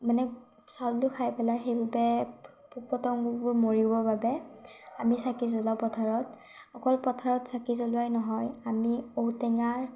মানে চাউলটো খাই পেলায় সেইবাবে পোক পতংগবোৰ মৰিবৰ বাবে আমি চাকি জ্বলাওঁ পথাৰত অকল পথাৰত চাকি জ্বলোৱাই নহয় আমি ঔটেঙাৰ